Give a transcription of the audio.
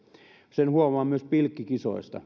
sen huomaa myös pilkkikisoista